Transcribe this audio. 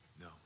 no